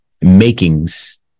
makings